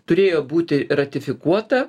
turėjo būti ratifikuota